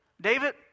David